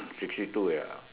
sixty two ya